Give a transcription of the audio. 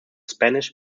spanish